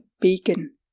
beacon